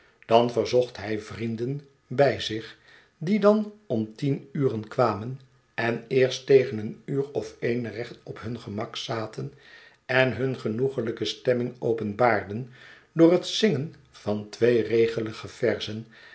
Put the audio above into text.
dan verzocht hij vrienden by zich die dan om tien uren kwam en en eerst tegen een uur of een recht op hun gemak zaten en hun genoegelijke stemming openbaarden door het zingen van tweeregelige verzen